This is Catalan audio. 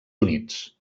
units